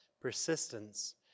persistence